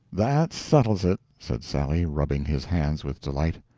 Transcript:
that settles it! said sally, rubbing his hands with delight.